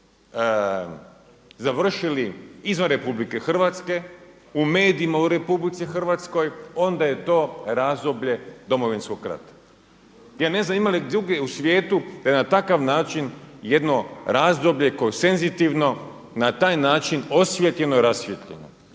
završili izvan Republike Hrvatske, u medijima u Republici Hrvatskoj onda je to razdoblje Domovinskog rata. Je ne znam ima li drugdje u svijetu da je na takav način jedno razdoblje konsenzitivno na taj način osvijetljeno i rasvijetljeno.